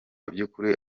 by’ukuri